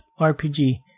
RPG